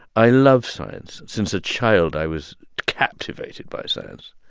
i love science. since a child, i was captivated by science.